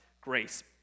grace